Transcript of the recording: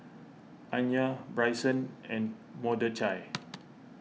Anya Bryson and Mordechai